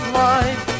life